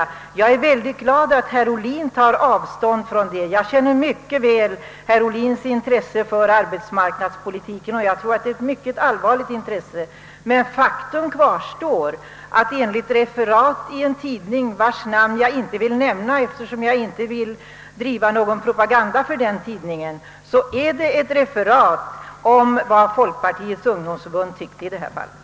Jag är mycket glad att herr Ohlin tar avstånd från denna ståndpunkt. Jag känner mycket väl till herr Ohlins intresse för arbetsmarknadspolitiken, och jag tror att det är ett mycket allvarligt intresse, men faktum kvarstår att det jag refererade var vad Folkpartiets ungdomsförbund tyckte enligt ett referat i en tidning, vars namn jag inte vill nämna, eftersom jag inte vill driva någon propaganda för den tidningen.